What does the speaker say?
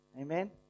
Amen